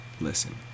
listen